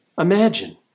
Imagine